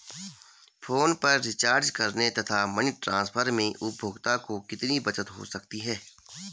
Phone पर recharge करने तथा मनी ट्रांसफर में उपभोक्ता को कितनी बचत हो सकती है?